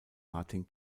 martin